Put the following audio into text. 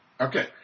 Okay